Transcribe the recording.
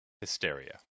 hysteria